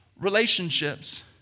relationships